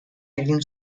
egin